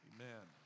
Amen